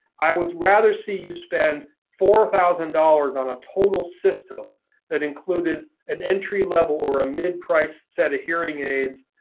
i would rather see you spend four thousand dollars on a total system that included an entry level or a mid priced set of hearing aids,